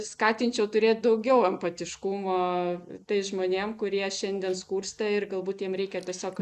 skatinčiau turėt daugiau empatiškumo tais žmonėm kurie šiandien skursta ir galbūt jiem reikia tiesiog